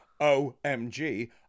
OMG